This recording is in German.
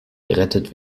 gerettet